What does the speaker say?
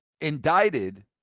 indicted